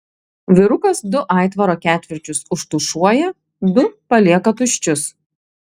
vyrukas du aitvaro ketvirčius užtušuoja du palieka tuščius